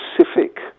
specific